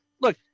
Look